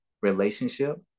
relationship